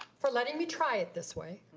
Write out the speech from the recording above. for letting me try it this way.